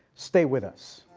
stay with us.